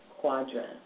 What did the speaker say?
quadrant